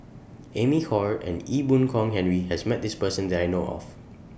Amy Khor and Ee Boon Kong Henry has Met This Person that I know of